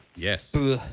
Yes